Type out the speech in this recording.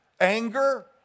anger